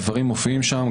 הדברים מופיעים שם,